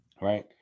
Right